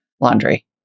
laundry